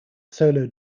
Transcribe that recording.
solo